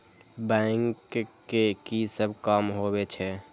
Bank के की सब काम होवे छे?